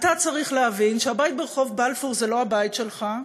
אתה צריך להבין שהבית ברחוב בלפור זה לא הבית שלך,